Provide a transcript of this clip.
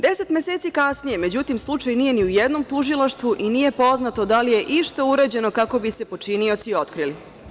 Deset meseci kasnije, međutim, slučaj nije ni u jednom tužilaštvu i nije poznato da li je išta urađeno kako bi se počinioci otkrili.